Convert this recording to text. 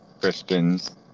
Christians